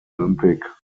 olympic